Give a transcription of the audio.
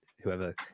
whoever